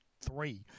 three